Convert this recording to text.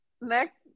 Next